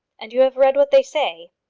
and you have read what they say?